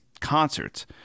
concerts